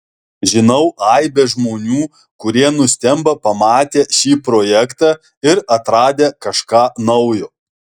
žinau aibę žmonių kurie nustemba pamatę šį projektą ir atradę kažką naujo